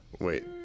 Wait